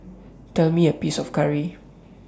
Tell Me The Price of Curry